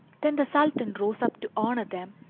then the sultan rose up to honour them,